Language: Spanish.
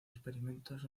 experimentos